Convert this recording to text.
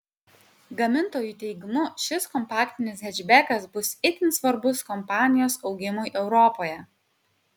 gamintojų teigimu šis kompaktinis hečbekas bus itin svarbus kompanijos augimui europoje